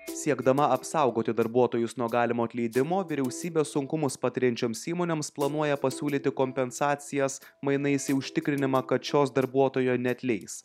siekdama apsaugoti darbuotojus nuo galimo atleidimo vyriausybė sunkumus patiriančioms įmonėms planuoja pasiūlyti kompensacijas mainais į užtikrinimą kad šios darbuotojo neatleis